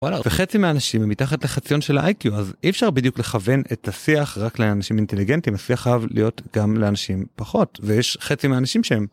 וחצי מהאנשים מתחת לחציון של האייקיו אז אי אפשר בדיוק לכוון את השיח רק לאנשים אינטליגנטים. השיח חייב להיות גם לאנשים פחות ויש חצי מהאנשים שהם.